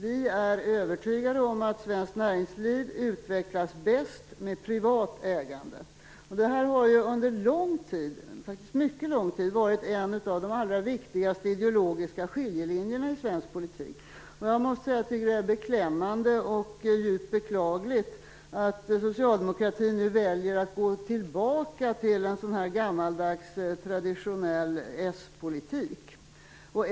Vi är övertygade om att svenskt näringsliv utvecklas bäst med privat ägande. Det här har faktiskt under mycket lång tid varit en av de allra viktigaste ideologiska skiljelinjerna i svensk politik. Jag måste säga att det är beklämmande och djupt beklagligt att socialdemokratin nu väljer att gå tillbaka till en sådan här gammaldags traditionell s-politik.